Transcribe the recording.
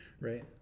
right